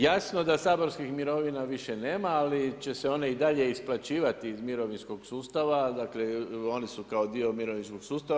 Jasno da saborskih mirovina više nema, ali će se one i dalje isplaćivati iz mirovinskog sustava dakle one su kao dio mirovinskog sustava.